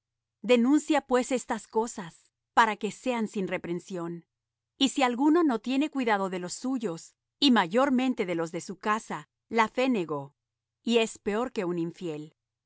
denuncia pues estas cosas para que sean sin reprensión y si alguno no tiene cuidado de los suyos y mayormente de los de su casa la fe negó y es peor que un infiel